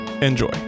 enjoy